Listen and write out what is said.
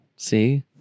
See